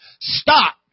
Stop